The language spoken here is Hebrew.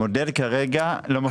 המודל כרגע לא מבדיל.